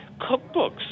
cookbooks